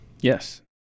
Yes